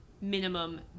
minimum